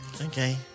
Okay